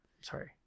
sorry